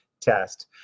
test